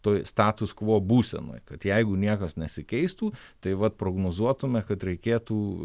toks status quo būsenoj kad jeigu niekas nesikeistų tai vat prognozuotume kad reikėtų